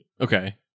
Okay